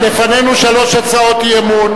לפנינו שלוש הצעות אי-אמון,